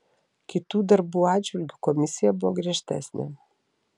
kitų darbų atžvilgiu komisija buvo griežtesnė